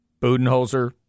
Budenholzer